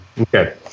Okay